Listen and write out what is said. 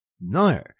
no